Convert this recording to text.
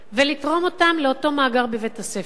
ולתרום אותם לאותו מאגר בבית-הספר.